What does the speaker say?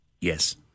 Yes